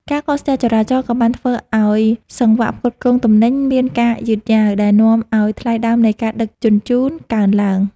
ការកកស្ទះចរាចរណ៍ក៏បានធ្វើឱ្យសង្វាក់ផ្គត់ផ្គង់ទំនិញមានការយឺតយ៉ាវ ដែលនាំឱ្យថ្លៃដើមនៃការដឹកជញ្ជូនកើនឡើង។